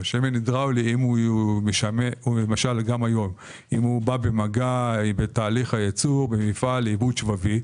אם הוא בא במגע בתהליך הייצור במפעל לעיבוד שבבי,